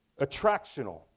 attractional